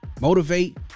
motivate